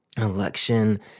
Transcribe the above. election